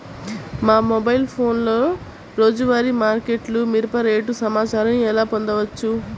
మా మొబైల్ ఫోన్లలో రోజువారీ మార్కెట్లో మిరప రేటు సమాచారాన్ని ఎలా పొందవచ్చు?